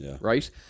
right